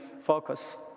focus